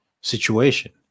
situation